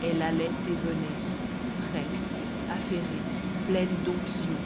elle allait et venait preste affairée pleine d'onction